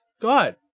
god